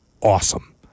awesome